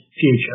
future